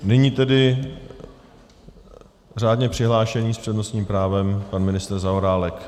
Nyní tedy řádně přihlášený s přednostním právem pan ministr Zaorálek.